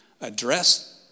address